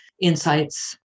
insights